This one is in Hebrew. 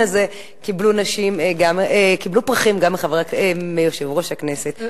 הזה קיבלו פרחים גם מיושב-ראש הכנסת,